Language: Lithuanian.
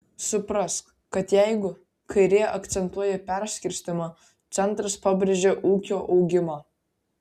suprask kad jeigu kairė akcentuoja perskirstymą centras pabrėžia ūkio augimą